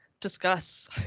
discuss